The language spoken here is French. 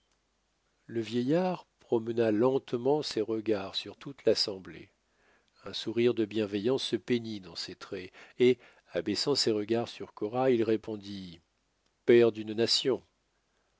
le vieillard promena lentement ses regards sur toute l'assemblée un sourire de bienveillance se peignit dans ses traits et abaissant ses regards sur cora il répondit père d'une nation